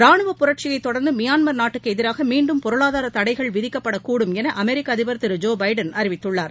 ராணுவப் புரட்சியைத் தொடர்ந்து மியான்மர் நாட்டுக்கு எதிராக மீண்டும் பொருளாதாரத் தடைகள் விதிக்கப்படக் கூடும் என அமெரிக்க அதிபர் திரு ஜோ பைடன் அறிவித்துள்ளார்